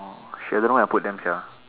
shit I don't know where I put them sia